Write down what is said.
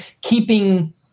keeping